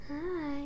hi